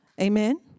Amen